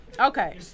Okay